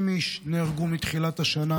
30 איש נהרגו מתחילת השנה.